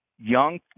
young